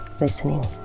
listening